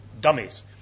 Dummies